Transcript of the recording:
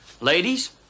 Ladies